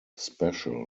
special